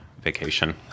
vacation